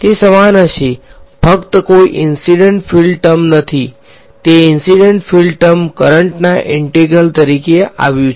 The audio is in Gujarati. તે સમાન હશે ફકત કોઈ ઈન્સીડંટ ફીલ્ડ ટર્મ નથી તે ઈન્સીડંટ ફીલ્ડ ટર્મ કરંટ ના ઈંટેગ્રલ તરીકે આવ્યુ છે